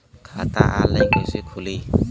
खाता ऑनलाइन कइसे खुली?